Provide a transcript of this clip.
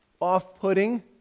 off-putting